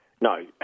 No